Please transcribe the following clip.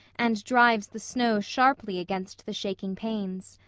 and drives the snow sharply against the shaking panes.